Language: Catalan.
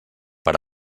per